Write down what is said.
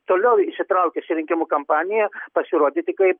toliau išsitraukęs iš rinkimų kampaniją pasirodyti kaip